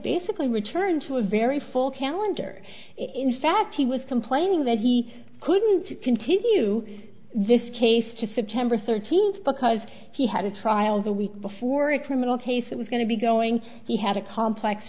basically returned to a very full calendar in fact he was complaining that he couldn't continue this case to september thirteenth because he had a trial the week before a criminal case it was going to be going he had a complex